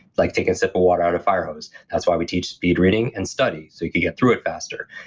like taking a sip of water out of a fire hose. that's why we teach speed reading and study so you can get through it faster.